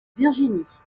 virginie